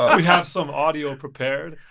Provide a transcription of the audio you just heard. we have some audio prepared.